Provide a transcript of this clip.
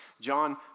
John